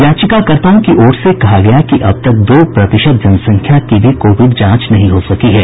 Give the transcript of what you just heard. याचिकाकार्ताओं की ओर से कहा गया कि अब तक दो प्रतिशत जनसंख्या की भी कोविड जांच नहीं हो सकी है